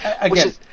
again